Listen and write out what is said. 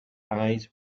eyes